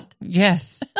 Yes